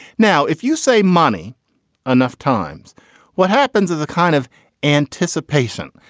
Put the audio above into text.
now if you say money enough times what happens is the kind of anticipation.